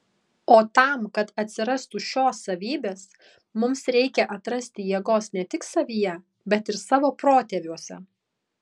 o tam kad atsirastų šios savybės mums reikia atrasti jėgos ne tik savyje bet ir savo protėviuose